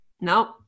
no